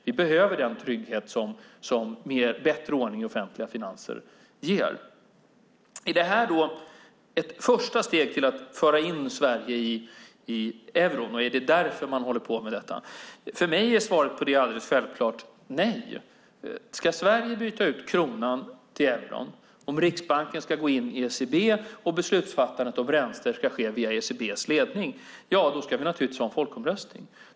Vi behöver den trygghet som bättre ordning i offentliga finanser ger. Är det ett första steg mot att föra in Sverige i euron och är det därför man håller på med detta? För mig är svaret alldeles självklart: Nej. Om Sverige ska byta ut kronan mot euron, om Riksbanken ska gå in i ECB och beslutsfattandet om räntor ska ske via ECB:s ledning ska vi naturligtvis ha en folkomröstning.